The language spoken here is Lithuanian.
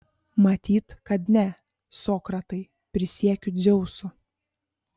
matyt kad ne sokratai prisiekiu dzeusu